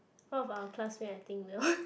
one of our classmate I think will